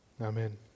Amen